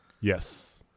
Yes